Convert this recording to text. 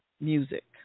music